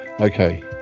okay